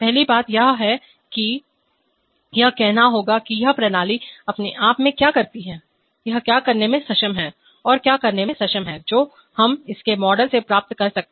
पहली बात यह है कि हमें यह कहना होगा कि यह प्रणाली अपने आप क्या करती है यह क्या करने में सक्षम है यह क्या करने में सक्षम है जो हम इसके मॉडल से प्राप्त कर सकते हैं